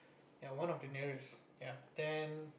ya one of the nearest ya then